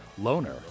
Loner